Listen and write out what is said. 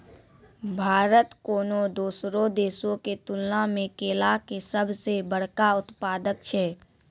भारत कोनो दोसरो देशो के तुलना मे केला के सभ से बड़का उत्पादक छै